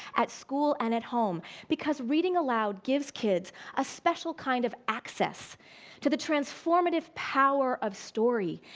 at school and at home. because reading aloud gives kids a special kind of access to the transformative power of story,